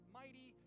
mighty